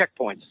checkpoints